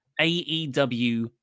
AEW